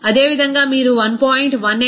అదేవిధంగా మీరు 1